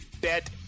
bet